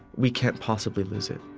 we can't possibly lose it.